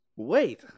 wait